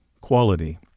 quality